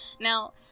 Now